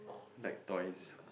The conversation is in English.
like toys